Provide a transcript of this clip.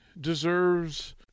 deserves